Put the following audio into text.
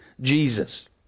Jesus